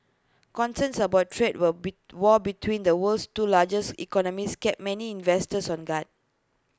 concerns about trade war be war between the world's two largest economies kept many investors on guard